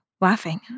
laughing